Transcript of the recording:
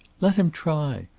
let him try.